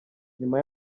nyuma